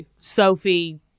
Sophie